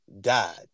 died